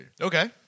Okay